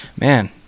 man